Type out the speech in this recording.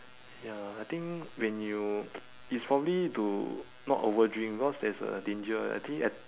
ya I think when you it's probably to not overdrink cause there is a danger I think ath~